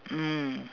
mm